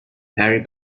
harry